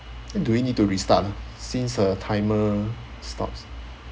do we need to restart ah since the timer stops